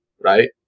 right